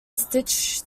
stitched